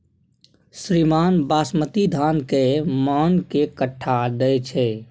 श्रीमान बासमती धान कैए मअन के कट्ठा दैय छैय?